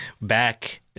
Back